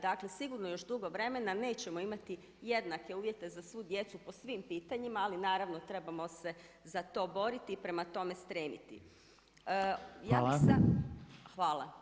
Dakle, sigurno još dugo vremena nećemo imati jednake uvjete za svu djecu po svim pitanjima, ali naravno trebamo se za to boriti i prema tome stremiti [[Upadica Reiner: Hvala.]] Hvala.